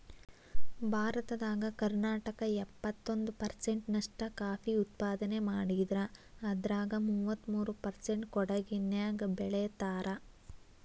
ಭಾರತದಾಗ ಕರ್ನಾಟಕ ಎಪ್ಪತ್ತೊಂದ್ ಪರ್ಸೆಂಟ್ ನಷ್ಟ ಕಾಫಿ ಉತ್ಪಾದನೆ ಮಾಡಿದ್ರ ಅದ್ರಾಗ ಮೂವತ್ಮೂರು ಪರ್ಸೆಂಟ್ ಕೊಡಗಿನ್ಯಾಗ್ ಬೆಳೇತಾರ